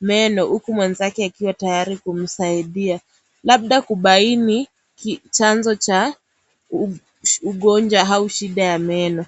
meno. Huku mwenzake akiwa tayari kumsaidia, labda kubaini chanzo cha ugonjwa au shida ya meno.